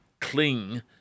cling